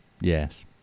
Yes